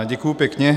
Děkuji pěkně.